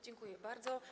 Dziękuję bardzo.